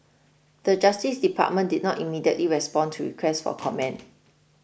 the Justice Department did not immediately respond to request for comment